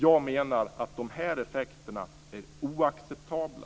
Jag menar att dessa effekter är oacceptabla.